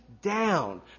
down